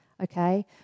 Okay